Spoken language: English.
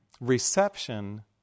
reception